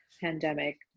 pandemic